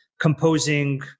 composing